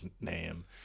name